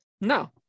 No